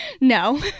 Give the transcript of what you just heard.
No